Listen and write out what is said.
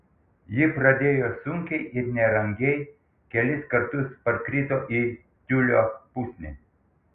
ji pradėjo sunkiai ir nerangiai kelis kartus parkrito į tiulio pusnį